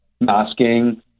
masking